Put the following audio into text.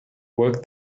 work